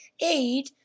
aid